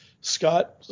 Scott